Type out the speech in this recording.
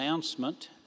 announcement